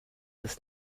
das